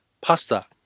pasta